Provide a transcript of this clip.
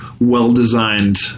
well-designed